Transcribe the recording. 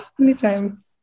anytime